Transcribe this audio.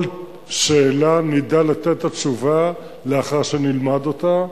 כל שאלה נדע לתת את התשובה לאחר שנלמד אותה.